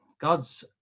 God's